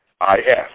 I-F